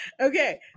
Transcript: Okay